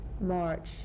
March